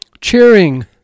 cheering